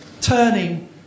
turning